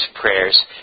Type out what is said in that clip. prayers